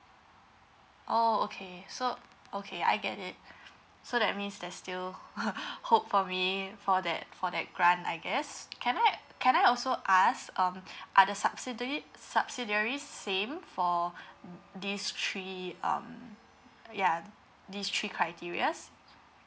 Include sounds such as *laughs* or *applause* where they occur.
oh okay so okay I get it so that means there's still *laughs* hope for me for that for that grant I guess can I can I also ask um are the subsidiary subsidiaries same for these three um ya these three criteria's